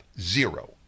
Zero